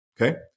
Okay